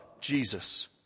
Jesus